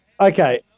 Okay